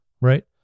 right